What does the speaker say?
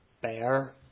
bear